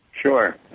Sure